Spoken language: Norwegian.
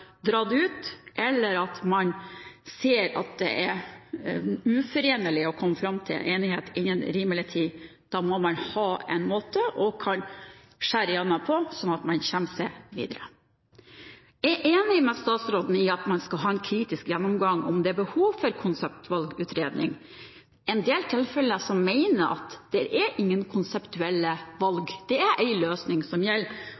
ut, eller man ser at det er uforenlig med å komme fram til enighet innen rimelig tid. Da må man ha en måte man kan skjære igjennom på, sånn at man kommer seg videre. Jeg er enig med statsråden i at man skal ha en kritisk gjennomgang av om det er behov for konseptvalgutredning. I en del tilfeller mener jeg at det er ingen konseptuelle valg, det er én løsning som gjelder,